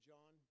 John